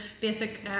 basic